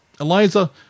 eliza